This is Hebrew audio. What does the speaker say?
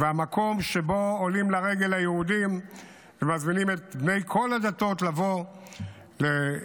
והמקום שבו עולים לרגל היהודים ומזמינים את בני כל הדתות לבוא ולראות,